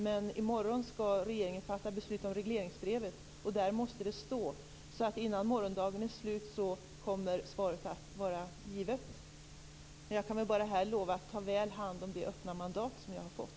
Men i morgon skall regeringen fatta beslut om regleringsbrevet. Där måste det framgå. Innan morgondagen är slut kommer svaret att vara givet. Jag kan här lova att ta väl hand om det öppna mandat jag har fått.